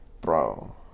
Bro